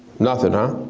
nothing huh?